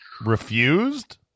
Refused